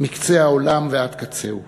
מקצה העולם ועד קצהו.